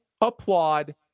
applaud